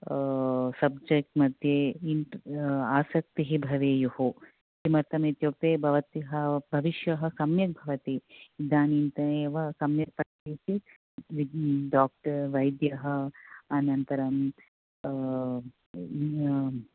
subject मध्ये आसक्तिः भवेयुः किमर्थम् इत्युक्ते भवत्याः भविष्यः सम्यक् भवति इदानीमेव सम्यक् पठ्यते डोक्टर् वैद्यः अनन्तरं